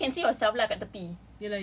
actually you can see yourself lah kat tepi